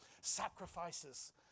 sacrifices